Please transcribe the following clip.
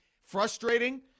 frustrating